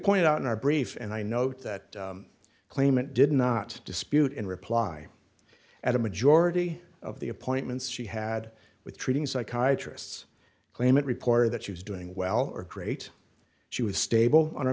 point out in our brief and i note that claimant did not dispute in reply at a majority of the appointments she had with treating psychiatrists claim it reported that she was doing well or great she was stable